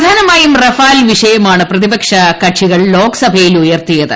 പ്രധാനമായും റഫാൽ വിഷയമാണ് പ്രതിപിക്ഷ കക്ഷികൾ ലോക്സഭയിൽ ഉയർത്തിയത്